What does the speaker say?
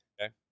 okay